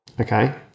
okay